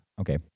Okay